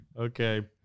Okay